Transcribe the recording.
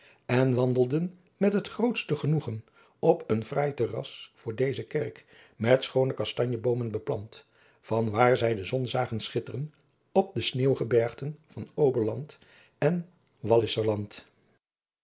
en wandelden met het grootst genoegen op een fraai terras voor deze kerk met schoone kastanjeboomen beplant van waar zij de zon zagen schitteren op de sneenwgebergten van oberland en